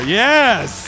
yes